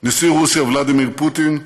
נשיא רוסיה ולדימיר פוטין,